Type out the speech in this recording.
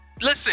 Listen